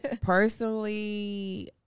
Personally